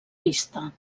vista